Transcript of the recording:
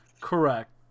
correct